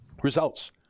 Results